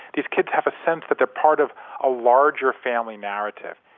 these kids have a sense that they're part of a larger family narrative.